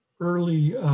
early